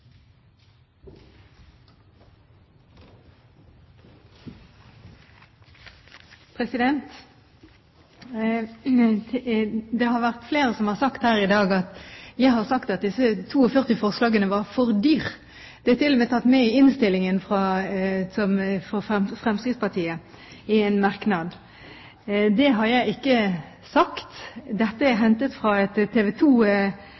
Det har vært flere som har sagt her i dag at jeg har sagt at disse 42 forslagene var for dyre. Det er til og med tatt med i innstillingen, i en merknad fra Fremskrittspartiet. Det har jeg ikke sagt. Dette er